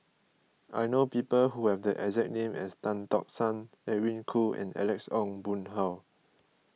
I know people who have the exact name as Tan Tock San Edwin Koo and Alex Ong Boon Hau